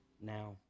now